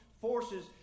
forces